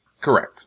Correct